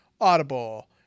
Audible